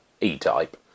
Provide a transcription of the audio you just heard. e-type